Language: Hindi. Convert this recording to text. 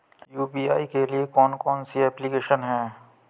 यू.पी.आई के लिए कौन कौन सी एप्लिकेशन हैं?